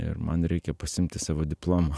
ir man reikia pasiimti savo diplomą